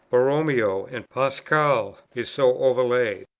borromeo, and pascal, is so overlaid?